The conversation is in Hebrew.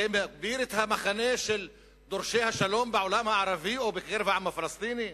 זה מגביר את המחנה של דורשי השלום בעולם הערבי או בקרב העם הפלסטיני?